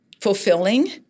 fulfilling